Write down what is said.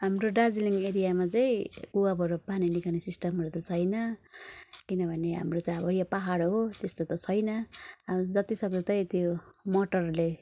हाम्रो दार्जिलिङ एरियामा चाहिँ कुवाबाट पानी निकाल्ने सिस्टमहरू त छैन किनभने हाम्रो त अब यो पाहाड हो त्यस्तो त छैन हामीले जतिसक्दो चाहिँ यति हो मोटरले